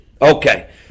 Okay